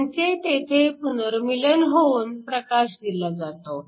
त्यांचे तेथे पुनर्मीलन होऊन प्रकाश दिला जातो